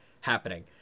happening